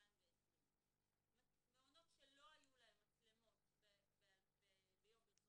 2020. מעונות שלא היו להם מצלמות ביום פרסום